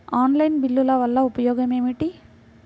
Online బిల్లుల వల్ల ఉపయోగమేమిటీ?